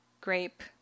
grape